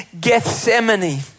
Gethsemane